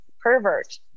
pervert